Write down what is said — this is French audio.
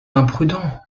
imprudent